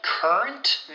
Current